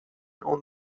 اون